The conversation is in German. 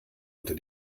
unter